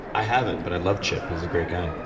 i haven't, but i love chip. he's a great guy.